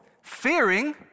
fearing